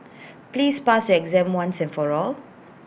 please pass your exam once and for all